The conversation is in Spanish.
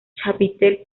chapitel